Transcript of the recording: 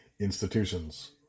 Institutions